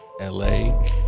la